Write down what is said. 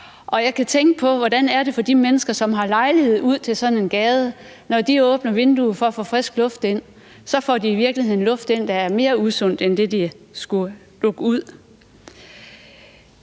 Og jeg må tænke på, hvordan det er for de mennesker, der har lejlighed ud til sådan en gade. Når de åbner vinduet for at få frisk luft, får de i virkeligheden en luft ind, der er mere usund end den, de lukker ud.